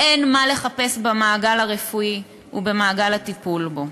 אין מה לחפש במעגל הרפואי ובמעגל הטיפול בו,